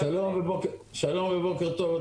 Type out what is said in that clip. שלום ובוקר טוב,